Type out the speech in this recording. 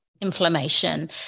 inflammation